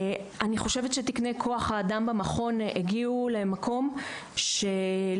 אני חושבת שתקני כוח האדם במכון הגיעו למקום שלא